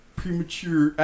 premature